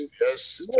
Yes